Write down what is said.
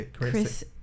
Chris